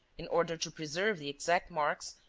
in order to preserve the exact marks,